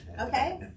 Okay